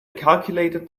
calculator